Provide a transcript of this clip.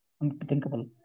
Unthinkable